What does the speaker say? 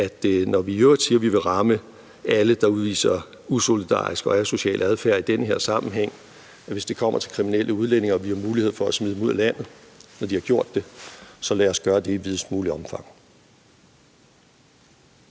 at når vi i øvrigt siger, vi vil ramme alle, der udviser usolidarisk og asocial adfærd i den her sammenhæng, og hvis det kommer til kriminelle udlændinge og vi har mulighed for at smide dem ud af landet, når de har gjort det, så siger vi: Lad os gøre det i videst muligt omfang.